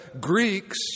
Greeks